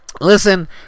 listen